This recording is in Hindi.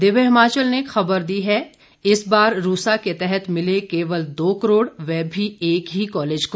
दिव्य हिमाचल ने खबर दी है इस बार रूसा के तहत मिले केवल दो करोड़ वह भी एक ही कॉलेज को